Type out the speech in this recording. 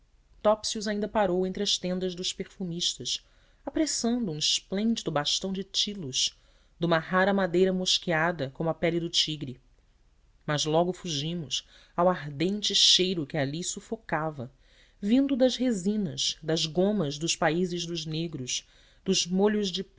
topsius ainda parou entre as tendas dos perfumistas apreçando um esplêndido bastão de tilos de uma rara madeira mosqueada como a pele do tigre mas logo fugimos ao ardente cheiro que ali sufocava vindo das resinas das gomas dos países dos negros dos molhos de